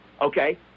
Okay